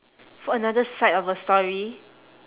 for another side of a story